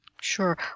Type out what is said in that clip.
Sure